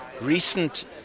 recent